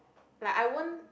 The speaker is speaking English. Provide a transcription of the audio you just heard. like I won't